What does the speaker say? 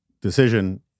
decision